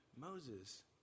Moses